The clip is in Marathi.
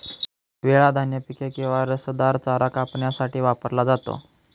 विळा धान्य पिके किंवा रसदार चारा कापण्यासाठी वापरला जातो